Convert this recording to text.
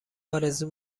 آرزو